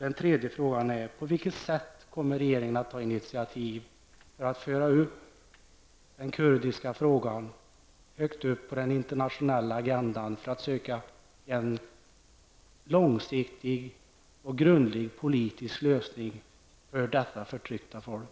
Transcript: Den tredje frågan är på vilket sätt regeringen kommer att ta initiativ för att föra upp den kurdiska frågan högt på den internationella agendan för att söka en långsiktig och grundlig politisk lösning för dessa förtryckta folk.